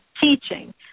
teaching